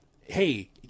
hey